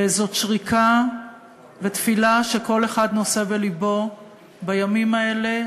וזו שריקה ותפילה שכל אחד נושא בלבו בימים אלה,